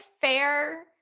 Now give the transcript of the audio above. fair